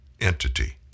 entity